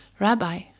Rabbi